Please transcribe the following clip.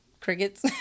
crickets